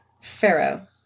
Pharaoh